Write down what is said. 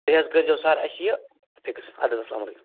تُہۍ حظ کٔرۍزیو سَر اَسہِ یہِ فِکٕس اَد حظ السلام علیکُم